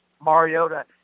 Mariota